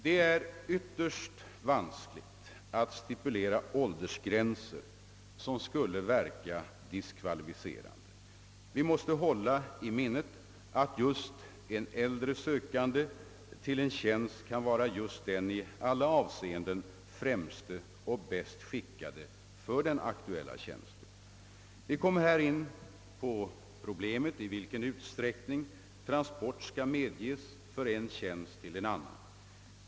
Det är ytterst vanskligt att stipulera åldersgränser som skulle kunna verka diskvalificerande. Vi måste hålla i minnet att just en äldre sökande till en tjänst kan vara den i alla avseenden främste och bäst skickade. Vi kommer här också in på problemet i vilken utsträckning transport skall medges från en tjänst till en annan.